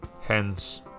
hence